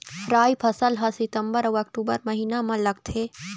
राई फसल हा सितंबर अऊ अक्टूबर महीना मा लगथे